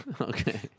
Okay